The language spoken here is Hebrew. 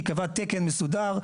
ייקבע תקן מסודר,